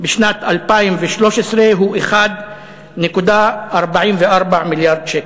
בשנת 2013 הוא 1.44 מיליארד שקל.